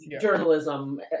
journalism